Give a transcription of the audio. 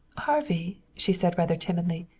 harvey, she said rather timidly,